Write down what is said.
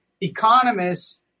economists